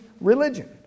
religion